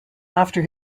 after